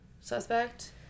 suspect